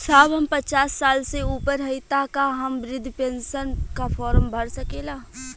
साहब हम पचास साल से ऊपर हई ताका हम बृध पेंसन का फोरम भर सकेला?